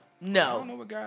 No